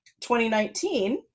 2019